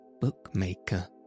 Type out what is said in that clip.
bookmaker